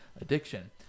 addiction